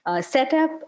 setup